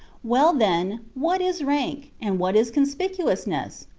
well, then, what is rank, and what is conspicuousness?